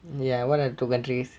ya what are the two countries